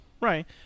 Right